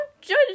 judge